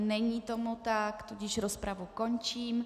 Není tomu tak, tudíž rozpravu končím.